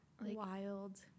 Wild